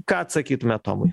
ką atsakytumėt tomui